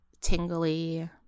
tingly